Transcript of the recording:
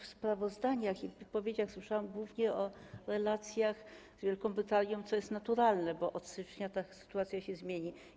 W sprawozdaniach i wypowiedziach słyszałam głównie o relacjach z Wielką Brytanią, co jest naturalne, bo od stycznia ta sytuacja się zmieni.